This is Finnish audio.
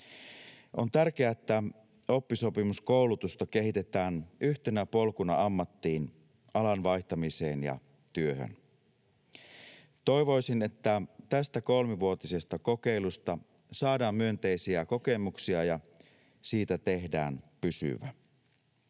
On tärkeää, että oppisopimuskoulutusta kehitetään yhtenä polkuna ammattiin, alan vaihtamiseen ja työhön. Toivoisin, että tästä kolmivuotisesta kokeilusta saadaan myönteisiä kokemuksia ja siitä tehdään pysyvä.